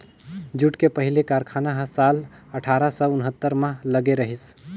jute के पहिली कारखाना ह साल अठारा सौ उन्हत्तर म लगे रहिस